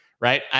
right